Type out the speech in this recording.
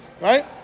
right